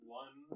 one